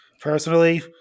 personally